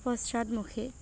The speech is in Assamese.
পশ্চাদমুখী